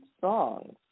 songs